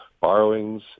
borrowings